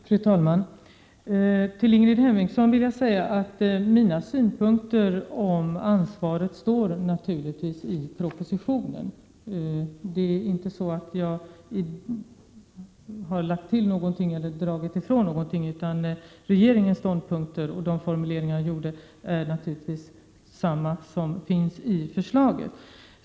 Fru talman! Till Ingrid Hemmingsson vill jag säga att mina synpunkter om ansvaret naturligtvis också finns angivna i propositionen. Jag har inte lagt till eller dragit ifrån någonting, utan regeringens ståndpunkter och mina formuleringar är naturligtvis desamma som i förslaget.